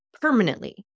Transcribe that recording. permanently